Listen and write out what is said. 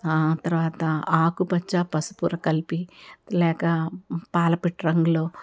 తర్వాత ఆకుపచ్చ పసుపు కలిపి లేక పాలపిట్ట రంగులో